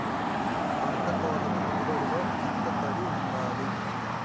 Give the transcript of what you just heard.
పంట కోతకు దిగుబడి లో ఎంత తడి వుండాలి?